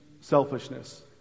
selfishness